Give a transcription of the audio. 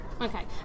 Okay